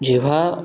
जेव्हा